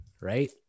Right